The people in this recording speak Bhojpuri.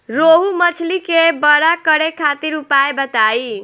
रोहु मछली के बड़ा करे खातिर उपाय बताईं?